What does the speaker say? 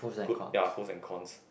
good ya pros and cons